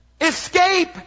Escape